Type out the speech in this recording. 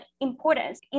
importance